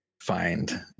find